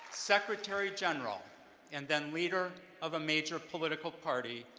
secretary-general and then, leader of a major political party,